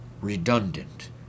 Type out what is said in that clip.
redundant